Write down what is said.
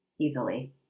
easily